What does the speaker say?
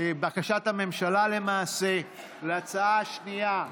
בקשת הממשלה, למעשה, להצעה השנייה,